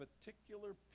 particular